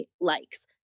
likes